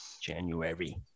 January